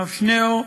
הרב שניאורסון,